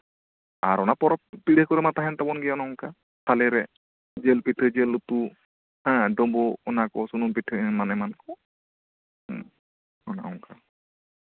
ᱟᱨ ᱚᱱᱟ ᱯᱚᱨᱚᱵ ᱯᱤᱦᱟᱹ ᱠᱚᱨᱮ ᱢᱟ ᱛᱟᱦᱮᱱ ᱛᱟᱵᱚᱱ ᱜᱮᱭᱟ ᱚᱱᱮ ᱚᱝᱠᱟ ᱟᱞᱮ ᱥᱮᱫ ᱨᱮ ᱡᱤᱞ ᱯᱤᱴᱷᱟᱹ ᱡᱤᱞ ᱩᱛᱩ ᱦᱮᱸ ᱰᱳᱷᱵᱳᱜ ᱚᱱᱟ ᱠᱚ ᱥᱩᱱᱩᱢ ᱯᱤᱴᱷᱟᱹ ᱮᱢᱟᱱᱼᱮᱢᱟᱱ ᱠᱚ ᱦᱩᱸ ᱚᱱᱟ ᱚᱝᱠᱟ